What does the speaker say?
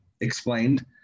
explained